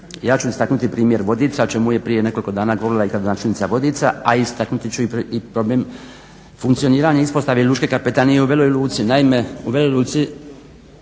Ja ću istaknuti primjer Vodica o čemu je prije nekoliko dana govorila i gradonačelnica Vodica, a istaknuti ću problem funkcioniranja ispostave Lučke kapetanije u Veloj Luci.